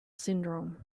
syndrome